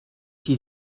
die